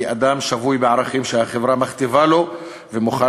כי אדם שבוי בערכים שהחברה מכתיבה לו ומוכן